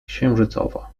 księżycowa